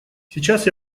сейчас